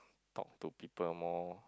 talk to people more